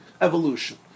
evolution